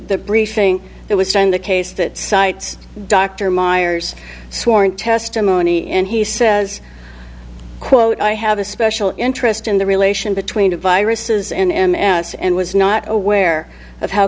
the briefing that was done in the case that cites dr myers sworn testimony and he says quote i have a special interest in the relation between viruses and us and was not aware of how